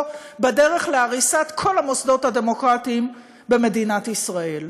בדרך להריסת כל המוסדות הדמוקרטיים במדינת ישראל.